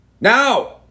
Now